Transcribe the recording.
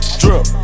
drip